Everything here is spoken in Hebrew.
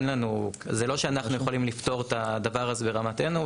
זה לא שאנחנו יכולים לפתור את הדבר הזה ברמתנו,